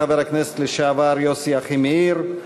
חבר הכנסת לשעבר יוסי אחימאיר,